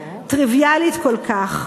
טריוויאלית כל כך,